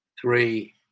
three